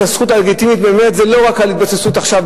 הזכות הלגיטימית באמת זה לא רק על ההתבססות עכשיו,